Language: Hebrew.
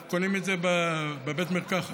אנחנו קונים את זה בבית המרקחת.